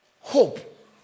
hope